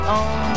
on